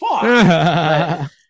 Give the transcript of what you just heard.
Fuck